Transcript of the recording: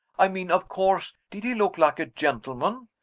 i mean, of course, did he look like a gentleman?